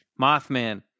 Mothman